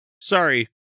Sorry